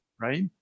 right